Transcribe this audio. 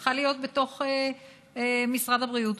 היא צריכה להיות בתוך משרד הבריאות.